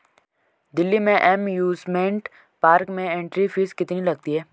दिल्ली के amusement park में entry fees कितनी लगती है?